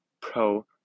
pro